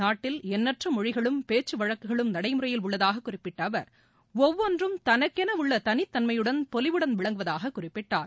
நாட்டில் எண்ணற்ற மொழிகளும் பேச்சு வழக்குகளும் நடைமுறையில் உள்ளதாக குறிப்பிட்ட அவர் ஒவ்வொன்றும் தனக்கென உள்ள தனித்தன்மையுடன் பொலிவுடன் விளங்குவதாக குறிப்பிட்டார்